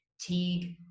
Teague